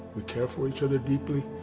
we care for each other deeply.